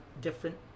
different